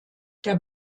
der